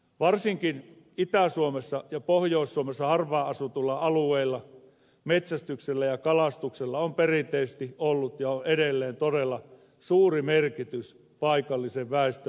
varsinkin itä suomessa ja pohjois suomessa harvaan asutuilla alueilla metsästyksellä ja kalastuksella on perinteisesti ollut ja on edelleen todella suuri merkitys paikallisen väestön virkistäytymiskeinona